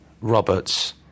Roberts